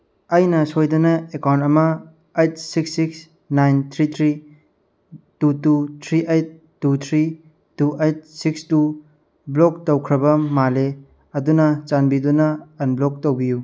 ꯑꯩꯅ ꯁꯣꯏꯗꯅ ꯑꯦꯀꯥꯎꯟ ꯑꯃ eight six six nine three three two two three eight two three two eight six two block ꯇꯧꯈ꯭ꯔꯕ ꯃꯥꯜꯂꯦ ꯑꯗꯨꯅ ꯆꯥꯟꯕꯤꯗꯨꯅ ꯑꯟꯕ꯭ꯂꯣꯛ ꯇꯧꯕꯤꯌꯨ